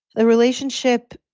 the relationship,